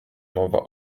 mowa